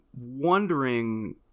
wondering